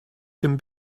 can